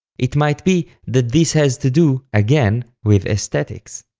it might be that this has to do, again, with aesthetics.